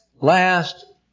last